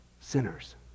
sinners